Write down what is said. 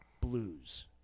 blues